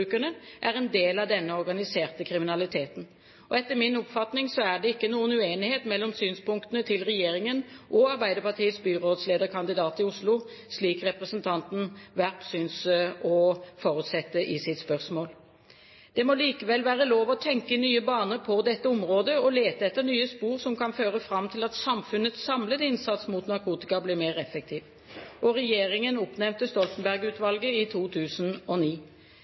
er en del av denne organiserte kriminaliteten. Etter min oppfatning er det ikke noen uenighet mellom synspunktene til regjeringen og Arbeiderpartiets byrådslederkandidat i Oslo, slik representanten Werp synes å forutsette i sitt spørsmål. Det må likevel være lov å tenke i nye baner på dette området og lete etter nye spor som kan føre fram til at samfunnets samlede innsats mot narkotika blir mer effektiv. Regjeringen oppnevnte Stoltenberg-utvalget i 2009.